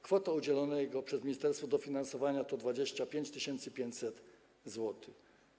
Kwota udzielonego przez ministerstwo dofinansowania to 25 500 zł.